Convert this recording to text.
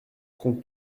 compte